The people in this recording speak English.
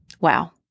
Wow